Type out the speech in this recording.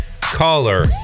Caller